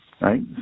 right